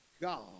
God